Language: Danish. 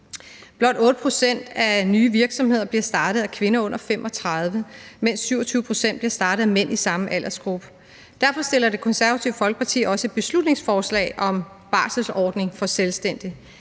Blot 8 pct. af nye virksomheder bliver startet af kvinder under 35 år, mens 27 pct. bliver startet af mænd i samme aldersgruppe. Derfor fremsætter Det Konservative Folkeparti også et beslutningsforslag om en barselsordning for selvstændige.